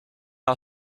our